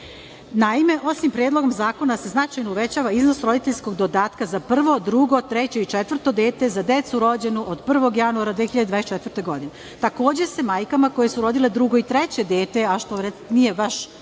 ovim Predlogom zakona se značajno uvećava iznos roditeljskog dodatka za prvo, drugo, treće i četvrto dete, za decu rođenu od 1. januara 2024. godine. Takođe se majkama koje su rodile drugo i treće dete, a što nije baš